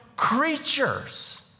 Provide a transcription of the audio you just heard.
creatures